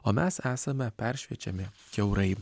o mes esame peršviečiami kiaurai